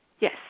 Yes